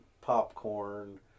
popcorn